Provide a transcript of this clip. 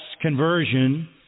conversion